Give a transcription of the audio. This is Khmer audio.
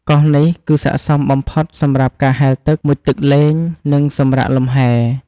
កោះនេះគឺស័ក្តិសមបំផុតសម្រាប់ការហែលទឹក មុជទឹកលេង និងសម្រាកលំហែ។